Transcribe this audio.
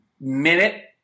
minute